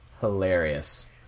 hilarious